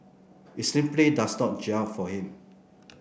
it simply does not gel for him